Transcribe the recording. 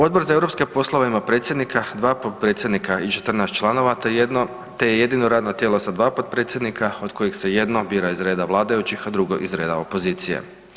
Odbor za europske poslove ima predsjednika, 2 potpredsjednika i 14 članova te je jedino radno tijelo sa 2 potpredsjednika od kojih se jedno bira iz reda vladajućih, a drugo iz reda opozicije.